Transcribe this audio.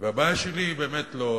והבעיה שלי היא באמת לא,